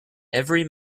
every